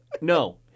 No